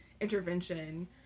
intervention